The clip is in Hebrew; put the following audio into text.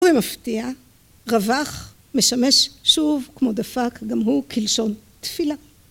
במפתיע רווח משמש שוב כמו דפק גם הוא כלשון תפילה.